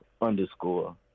underscore